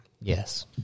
Yes